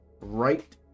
right